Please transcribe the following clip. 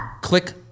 Click